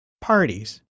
parties